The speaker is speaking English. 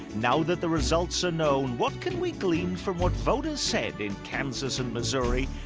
now that the results are known, what can we glean from what voters said in kansas and missouri,